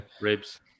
ribs